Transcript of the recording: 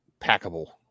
packable